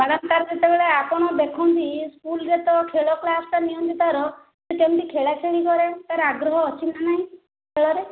madam ତା ର ଯେତେବେଳେ ଆପଣ ଦେଖନ୍ତି ସ୍କୁଲରେ ତ ଖେଳ କ୍ଲାସଟା ନିଅନ୍ତି ତା ର ସେ କେମିତି ଖେଳାଖେଳି କରେ ତା ର ଆଗ୍ରହ ଅଛି ନା ନାହିଁ ଖେଳରେ